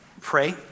pray